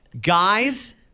Guys